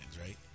right